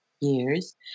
years